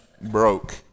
broke